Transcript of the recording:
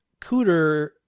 Cooter